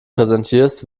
präsentierst